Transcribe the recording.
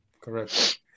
correct